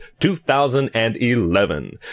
2011